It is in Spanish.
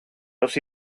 los